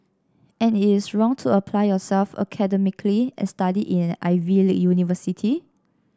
and it is wrong to apply yourself academically and study in an Ivy league university